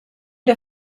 der